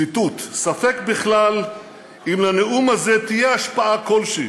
ציטוט: ספק בכלל אם לנאום הזה תהיה השפעה כלשהי.